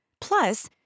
Plus